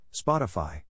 Spotify